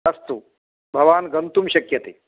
अस्तु भवान् गन्तुं शक्यते